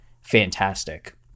fantastic